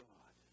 God